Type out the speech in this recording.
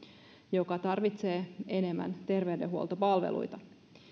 joka tarvitsee enemmän terveydenhuoltopalveluita